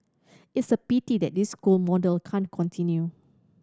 it's a pity that this school model can't continue